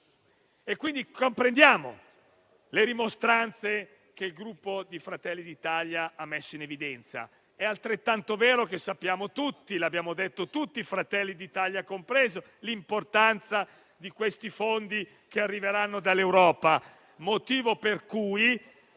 Quindi, comprendiamo le rimostranze che il Gruppo Fratelli d'Italia ha messo in evidenza. È altrettanto vero che conosciamo - l'abbiamo detto tutti, Fratelli d'Italia compreso - l'importanza dei fondi che arriveranno dall'Europa; motivo per cui,